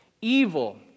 evil